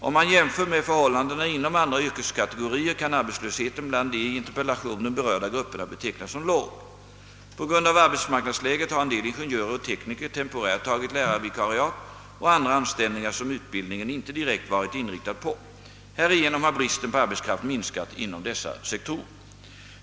Om man jämför med förhållandena inom andra yrkeskategorier kan arbetslösheten bland de i interpellationen berörda grupperna betecknas som låg. På grund av arbetsmarknadsläget har en del ingenjörer och tekniker temporärt tagit lärarvikariat och andra anställningar som utbildningen inte direkt varit inriktad på. Härigenom har bristen på arbetskraft minskat inom dessa sektorer.